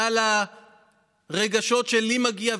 מעל הרגשות של "לי מגיע,